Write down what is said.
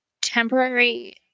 temporary